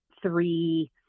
three